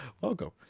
Welcome